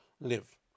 live